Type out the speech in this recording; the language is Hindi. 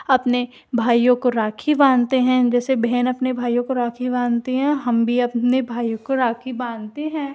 अपने भाइयों को राखी बांधते हैं जैसे बहन अपने भाइयों को राखी बांधती हैं हम भी अपने भाई को राखी बांधते हैं